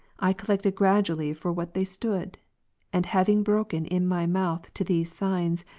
i collected gradually for what they stood and having broken in my mouth to these signs,